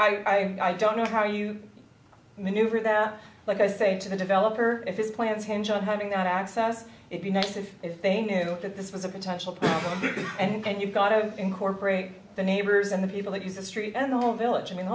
i don't know how you maneuver that like i say to the developer if his plans hinge on having that access it be nice if they knew that this was a potential big and you've got to incorporate the neighbors and the people that use the street and the home village